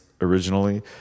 originally